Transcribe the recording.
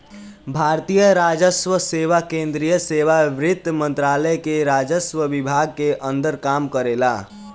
भारतीय राजस्व सेवा केंद्रीय सेवा वित्त मंत्रालय के राजस्व विभाग के अंदर काम करेला